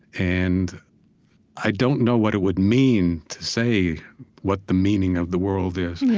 and i don't know what it would mean to say what the meaning of the world is.